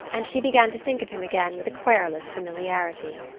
and she began to think of him again with a querulous familiarity.